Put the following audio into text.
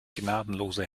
gnadenlose